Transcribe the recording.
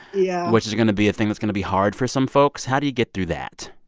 yeah. which is going to be a thing that's going to be hard for some folks. how do you get through that?